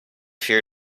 fear